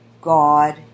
God